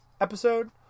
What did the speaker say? episode